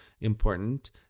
important